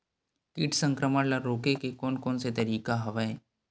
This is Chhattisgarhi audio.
कीट संक्रमण ल रोके के कोन कोन तरीका हवय?